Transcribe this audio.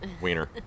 wiener